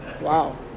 Wow